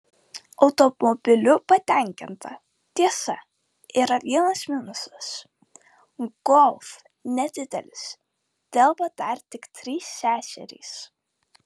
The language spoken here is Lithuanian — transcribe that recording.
automobiliu patenkinta tiesa yra vienas minusas golf nedidelis telpa dar tik trys seserys